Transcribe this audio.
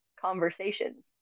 conversations